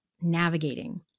navigating